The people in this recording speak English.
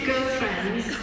girlfriends